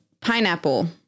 Pineapple